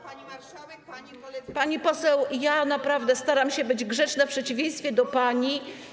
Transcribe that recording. Pani poseł, ja naprawdę staram się być grzeczna w przeciwieństwie do pani.